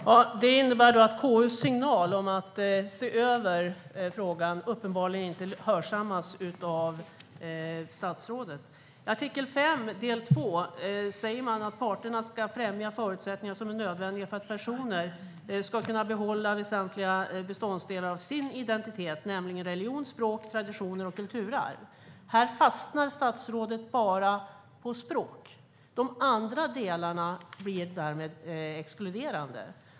Herr talman! Det innebär då att KU:s signal om att se över frågan uppenbarligen inte har hörsammats av statsrådet. I artikel 5, del 2, sägs det att parterna ska främja förutsättningar som är nödvändiga för att personer ska kunna behålla väsentliga beståndsdelar av sin identitet, nämligen religion, språk, traditioner och kulturarv. Här fastnar statsrådet bara vid språk. De andra delarna blir därmed exkluderade.